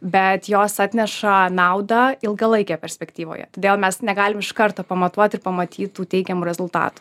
bet jos atneša naudą ilgalaikėje perspektyvoje todėl mes negalim iš karto pamatuot ir pamatyt tų teigiamų rezultatų